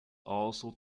also